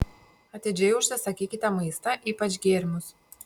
atidžiai užsisakykite maistą ypač gėrimus